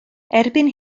erbyn